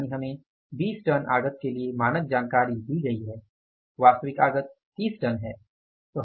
यानि हमें 20 टन आगत के लिए मानक जानकारी दी गई है वास्तविक आगत 30 टन है